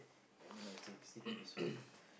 uh never mind you stick stick to this one